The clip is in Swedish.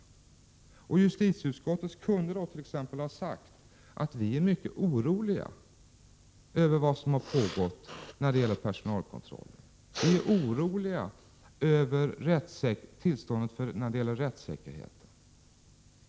Justitieutskottet kunde då exempelvis ha sagt att man är mycket orolig över vad som har pågått när det gäller personalkontrollen, man är orolig när det gäller rättssäkerheten.